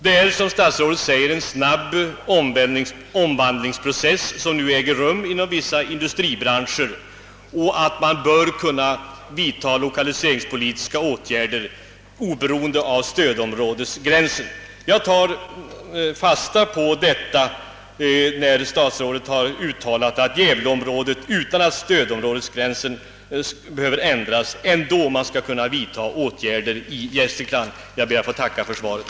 Det är, som statsrådet framhåller, en snabb omvandlingsprocess som nu äger rum inom vissa indu stribranscher, och man bör kunna sätta in lokaliseringspolitiska åtgärder oberoende av stödområdesgränsen. Jag tar fasta på detta, när statsrådet uttalar att man skulle kunna vidta åtgärder i gävleområdet utan att stödområdesgränsen behövdes ändras. Jag ber än en gång att få tacka för svaret.